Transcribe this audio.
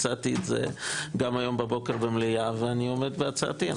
הצעתי את זה גם היום בבוקר במליאה ואני עומדת בהצעתי.